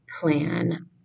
plan